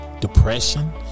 depression